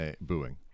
booing